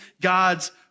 God's